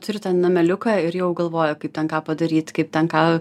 turiu ten nameliuką ir jau galvoju kaip ten ką padaryt kaip ten ką